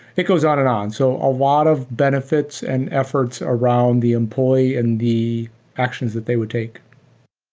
it goes on and on. so a lot of benefits and efforts around the employee and the actions that they would take.